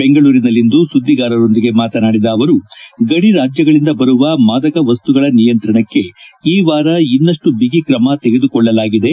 ಬೆಂಗಳೂರಿನಲ್ಲಿಂದು ಸುದ್ಲಿಗಾರರೊಂದಿಗೆ ಮಾತನಾಡಿದ ಅವರು ಗಡಿ ರಾಜ್ಯಗಳಿಂದ ಬರುವ ಮಾದಕ ವಸ್ತುಗಳ ನಿಯಂತ್ರಣಕ್ಕೆ ಈ ವಾರ ಇನ್ನಷ್ಟು ಬಿಗಿ ಕ್ರಮ ತೆಗೆದುಕೊಳ್ಳಲಾಗಿದೆ